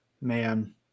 man